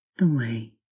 away